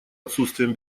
отсутствием